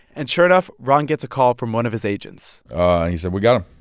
and sure enough, ron gets a call from one of his agents he said, we got him.